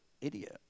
idiot